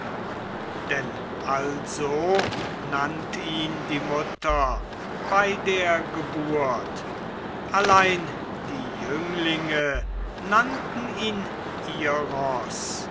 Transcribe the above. denn also nannt ihn die mutter bei der geburt allein die jünglinge nannten ihn iros